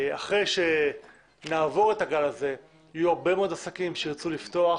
אחרי שנעבור את הגל הזה יהיו הרבה מאוד עסקים שירצו לפתוח,